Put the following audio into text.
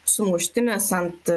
sumuštinis ant